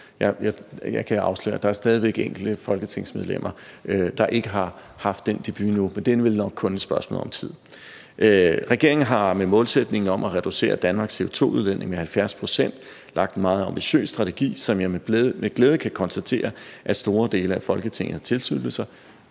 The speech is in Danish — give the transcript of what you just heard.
Jeg kan afsløre, at der stadig væk er enkelte folketingsmedlemmer, der ikke har haft den debut endnu, men det er vel nok kun et spørgsmål om tid. Regeringen har med målsætningen om at reducere Danmarks CO2-udledning med 70 pct. lagt en meget ambitiøs strategi, som jeg med glæde kan konstatere at store dele af Folketinget har tilsluttet sig.